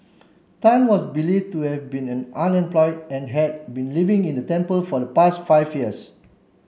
tan was believe to have been an unemployed and had been living in the temple for the past five years